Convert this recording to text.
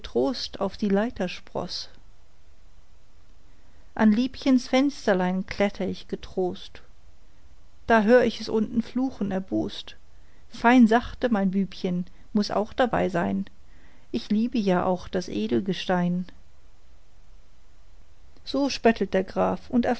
getrost auf die leitersproß an liebchens fensterlein klettr ich getrost da hör ich es unten fluchen erbost fein sachte mein bübchen muß auch dabei sein ich liebe ja auch das edelgestein so spöttelt der graf und